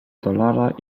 dolara